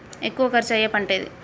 ఎక్కువ ఖర్చు అయ్యే పంటేది?